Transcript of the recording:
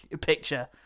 picture